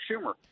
Schumer